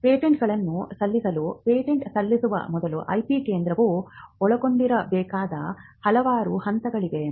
ಪೇಟೆಂಟ್ಗಳನ್ನು ಸಲ್ಲಿಸಲು ಪೇಟೆಂಟ್ ಸಲ್ಲಿಸುವ ಮೊದಲು IP ಕೇಂದ್ರವು ಒಳಗೊಂಡಿರಬೇಕಾದ ಹಲವಾರು ಹಂತಗಳಿವೆ